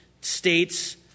states